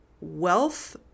wealth